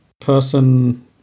person